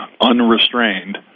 unrestrained